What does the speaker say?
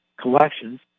collections